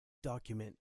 document